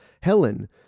Helen